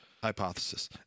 hypothesis